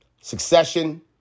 Succession